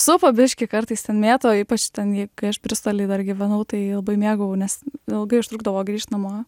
supa biškį kartais ten mėto ypač ten jei kai aš bristoly dar gyvenau tai labai mėgau nes ilgai užtrukdavo grįšt namo